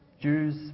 Jews